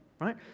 right